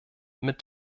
mit